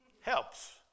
Helps